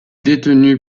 détenu